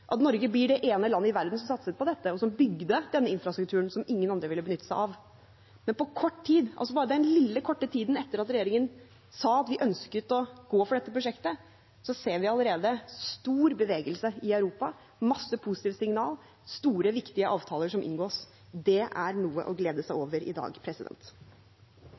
at Norge blir det ene landet i verden som satser på dette, og som bygde denne infrastrukturen som ingen andre ville benytte seg av. Men på kort tid, bare på den lille, korte tiden etter at regjeringen sa at vi ønsket å gå for dette prosjektet, ser vi allerede stor bevegelse i Europa, mange positive signaler, og store, viktige avtaler som inngås. Det er noe å glede seg over i dag.